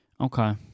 Okay